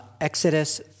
Exodus